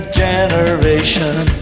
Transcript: generation